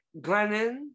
Glennon